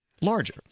larger